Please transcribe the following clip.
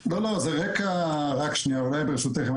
שניה ברשותך,